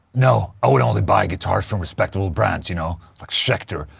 no, i would only buy guitars from respectable brands, you know, like schecter,